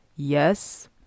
Yes